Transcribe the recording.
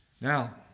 Now